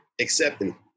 accepting